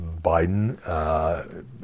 Biden—